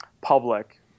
public